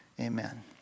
amen